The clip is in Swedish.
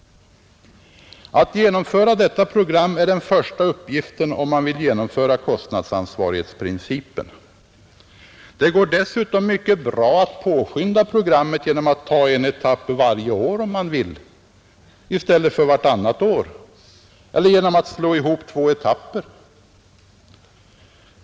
Att genomföra detta program är den första uppgiften om man vill genomföra kostnadsansvarighetsprincipen. Det går dessutom mycket bra att påskynda programmet genom att, om man så vill, ta en etapp varje år i stället för vartannat år eller genom att slå ihop två etapper.